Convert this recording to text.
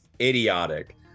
idiotic